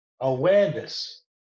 awareness